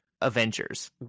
Avengers